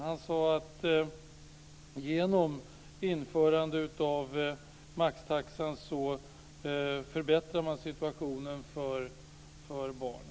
Han sade att genom införande av maxtaxan förbättrar man situationen för barnen.